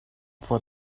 for